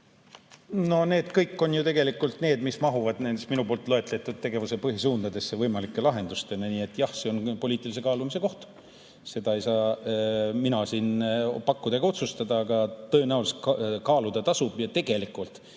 No need kõik on ju tegelikult need [meetmed], mis mahuvad nende minu loetletud tegevuste puhul põhisuundadesse võimalike lahendustena. Aga jah, see on poliitilise kaalumise koht. Seda ei saa mina siin pakkuda ega otsustada, aga tõenäoliselt kaaluda tasub. Ja tegelikult,